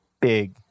big